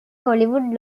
hollywood